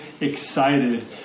excited